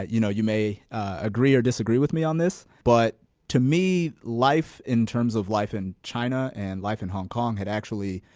you know, you may agree or disagree with me on this. but to me life, in terms of life in china, and life in hong kong had actually,